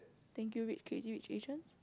thank you rich kids rich Asians